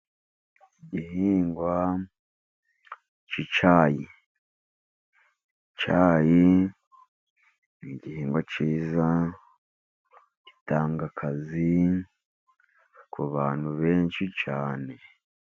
Igihingwa cy'icyayi, icyayi n'igihingwa cyiza gitanga akazi ku bantu benshi cyane.